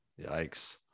Yikes